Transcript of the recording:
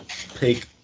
take